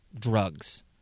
drugs